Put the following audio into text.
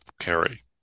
carry